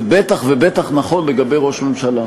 זה בטח ובטח נכון לגבי ראש הממשלה.